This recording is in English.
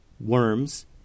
worms